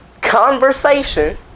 conversation